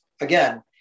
again